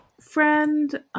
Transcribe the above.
friend